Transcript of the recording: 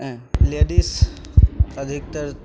अँए लेडिज अधिकतर